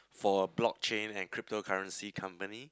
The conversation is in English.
for blockchain and cryptocurrency company